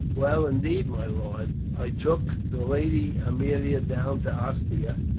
well indeed, my lord. i took the lady aemilia down to ostia